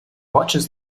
watches